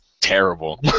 terrible